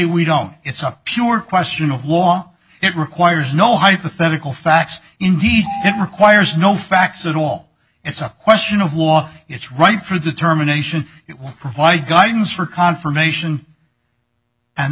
we don't it's a pure question of law it requires no hypothetical facts indeed it requires no facts at all it's a question of law it's right for determination it will provide guidance for confirmation an